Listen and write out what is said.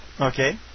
Okay